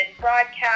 broadcast